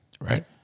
Right